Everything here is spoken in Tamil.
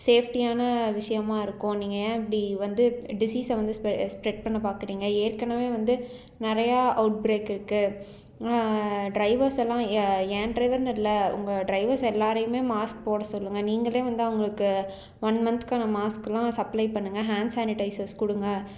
சேஃப்ட்டியான விஷயமா இருக்கும் நீங்கள் ஏன் இப்படி வந்து டிசீஸ்ஸை வந்து ஸ்பெ ஸ்ப்ரெட் பண்ண பார்க்கறிங்க ஏற்கனவே வந்து நிறையா அவுட் பிரேக் இருக்குது டிரைவர்ஸ் எல்லாம் ஏன் டிரைவர்னு இல்லை உங்கள் டிரைவர்ஸ் எல்லாரையுமே மாஸ்க் போட சொல்லுங்க நீங்களே வந்து அவங்களுக்கு ஒன் மந்த்க்கான மாஸ்க்கெலாம் சப்ளே பண்ணுங்க ஹேண்ட் சேனிடைசர்ஸ் கொடுங்க